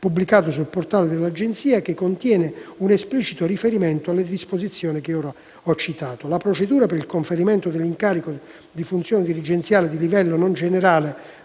pubblicato nel portale dell'Agenzia, che contiene esplicito riferimento alle disposizioni ora citate. La procedura per il conferimento dell'incarico di funzione dirigenziale di livello non generale